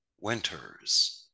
winters